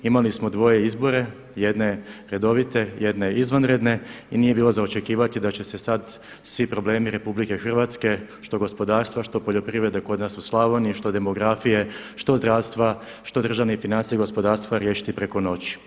Imali smo dvije izbore, jedne redovite, jedne izvanredne i nije bilo za očekivati da će se sada svi problemi RH, što gospodarstva, što poljoprivrede kod nas u Slavoniji, što demografije, što zdravstva, što državne financije i gospodarstva riješiti preko noći.